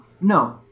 No